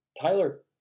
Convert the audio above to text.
Tyler